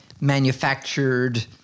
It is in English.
manufactured